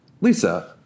Lisa